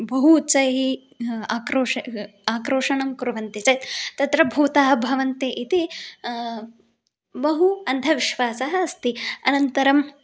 बुहु उच्चैः आक्रोषम् आक्रोषं कुर्वन्ति चेत् तत्र भूताः भवन्ति इति बहु अन्धविश्वासः अस्ति अनन्तरम्